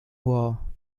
war